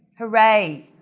hooray,